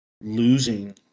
losing